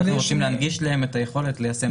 אנחנו רוצים להנגיש להם את היכולת לדעת.